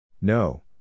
No